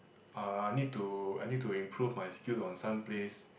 uh I need to I need to improve my skill on some place